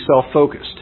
self-focused